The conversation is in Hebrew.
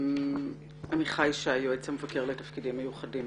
עמיחי שי, יועץ המבקר לתפקידים מיוחדים.